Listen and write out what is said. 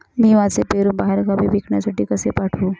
मी माझे पेरू बाहेरगावी विकण्यासाठी कसे पाठवू?